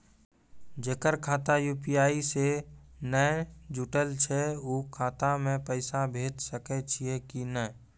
जेकर खाता यु.पी.आई से नैय जुटल छै उ खाता मे पैसा भेज सकै छियै कि नै?